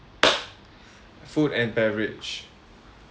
food and beverage